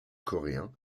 coréens